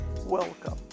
Welcome